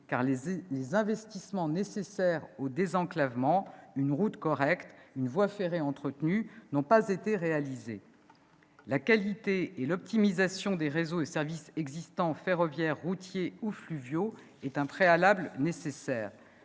car les investissements nécessaires au désenclavement- une route correcte, une voie ferrée entretenue -n'ont pas été réalisés. La qualité et l'optimisation des réseaux et services existants, ferroviaires, routiers ou fluviaux, sont un préalable nécessaire.